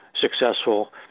successful